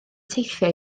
teithio